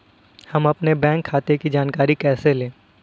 हम अपने बैंक खाते की जानकारी कैसे लें?